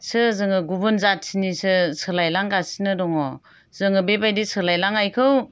जोङो गुबुन जाथिनिसो सोलायलांगासिनोसो दङ जोङो बेबायदि सोलायलांनायखौ